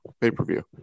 pay-per-view